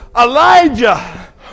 Elijah